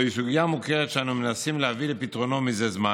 זוהי סוגיה מוכרת שאנו מנסים להביא לפתרונה מזה זמן.